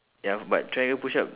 ya but triangle push-up